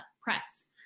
press